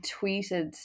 tweeted